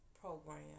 program